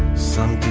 some